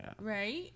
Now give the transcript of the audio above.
Right